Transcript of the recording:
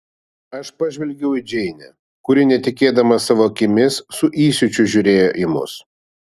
aš pažvelgiau į džeinę kuri netikėdama savo akimis su įsiūčiu žiūrėjo į mus